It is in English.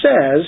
says